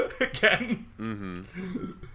Again